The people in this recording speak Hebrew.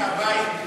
מהבית,